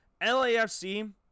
LAFC